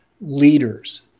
leaders